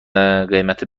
قیمت